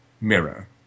mirror